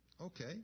okay